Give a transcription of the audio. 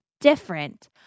different